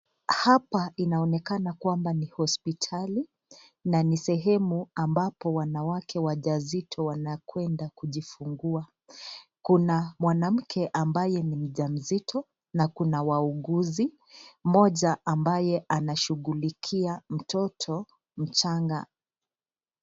Hapa inaonekana kwamba ni hospitali na ni sehemu ambapo wanawake wajazito wanakwenda kujifungua. Kuna mwanamke ambaye ni mjamzito na kuna wauguzi. Mmoja ambaye anashughulikia mtoto mchanga.